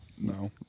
No